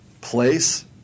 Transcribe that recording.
place